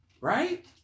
Right